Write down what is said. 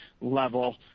level